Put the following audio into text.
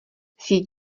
síť